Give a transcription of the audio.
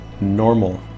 normal